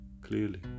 clearly